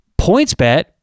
PointsBet